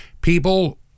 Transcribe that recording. People